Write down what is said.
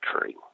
tree